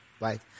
right